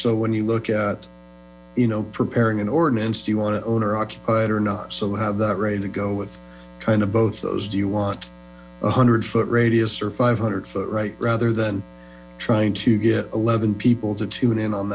so when you look at you know preparing an ordinance do you want an owner occupied or not so we have that ready to go with kind of both those do you want a one hundred foot radius or five hundred foot right rather than trying to get eleven people to tune in on